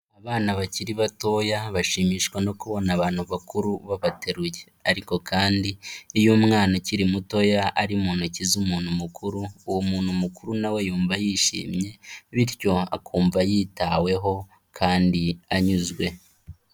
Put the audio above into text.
Abana bakiri batoya bashimishwa no kubona abantu bakuru babateruye ariko kandi iyo umwana akiri mutoya ari mu ntoki z'umuntu mukuru, uwo muntu mukuru na we yumva yishimye, bityo akumva yitaweho kandi anyuzwe.